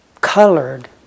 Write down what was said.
colored